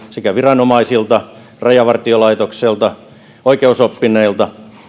sekä viranomaisilta rajavartiolaitokselta että oikeusoppineilta